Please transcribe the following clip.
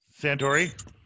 Santori